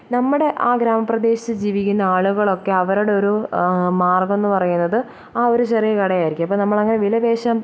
നമ്മുടെ ആ ഗ്രാമപ്രദേശത്ത് ജീവിക്കുന്ന ആളുകളൊക്കെ അവരുടെ ഒരു മാർഗ്ഗം എന്ന് പറയുന്നത് ആ ഒരു ചെറിയ കടയായിരിക്കും അപ്പം നമ്മൾ എങ്ങനെ വില പേശാൻ